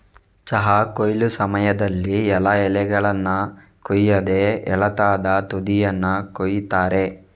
ಚಹಾ ಕೊಯ್ಲು ಸಮಯದಲ್ಲಿ ಎಲ್ಲಾ ಎಲೆಗಳನ್ನ ಕೊಯ್ಯದೆ ಎಳತಾದ ತುದಿಯನ್ನ ಕೊಯಿತಾರೆ